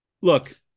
look